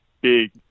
big